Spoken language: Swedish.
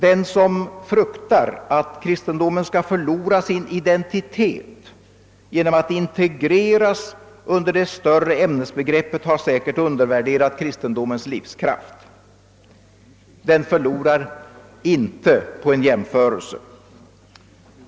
Den som fruktar att kristendomen skall förlora sin identitet genom att integreras under det större ämnesbegreppet har säkerligen undervärderat kristendomens livskraft; den förlorar inte på en jämförelse.